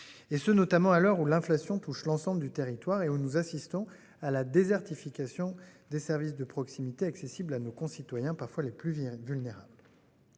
et ce, notamment, à l'heure où la. Touche l'ensemble du territoire et où nous assistons à la désertification des services de proximité accessible à nos concitoyens, parfois les plus vient vulnérables.